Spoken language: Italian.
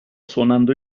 suonando